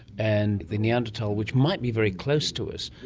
and the neanderthal, which might be very close to us,